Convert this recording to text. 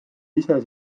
ise